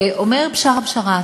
ואומר בשארה בשאראת: